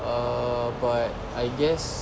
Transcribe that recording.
err but I guess